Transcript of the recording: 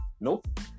Nope